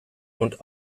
und